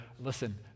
listen